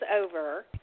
over